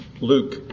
Luke